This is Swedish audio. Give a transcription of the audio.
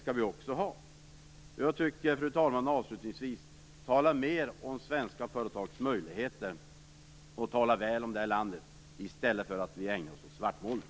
Avslutningsvis, fru talman, tycker jag att vi skall tala mer om svenska företags möjligheter och tala väl om det här landet i stället för att ägna oss åt svartmålning.